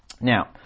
Now